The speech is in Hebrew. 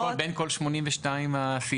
בין כל 82 הסעיפים.